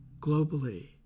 globally